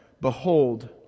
Behold